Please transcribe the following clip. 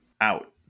out